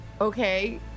Okay